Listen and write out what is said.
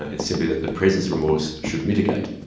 it's simply that the presence of remorse should mitigate.